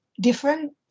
different